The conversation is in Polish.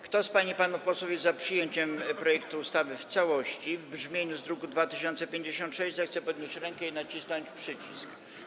Kto z pań i panów posłów jest za przyjęciem projektu ustawy w całości w brzmieniu z druku nr 2056, zechce podnieść rękę i nacisnąć przycisk.